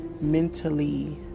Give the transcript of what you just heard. mentally